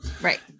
Right